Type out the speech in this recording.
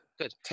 good